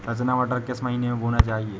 रचना मटर किस महीना में बोना चाहिए?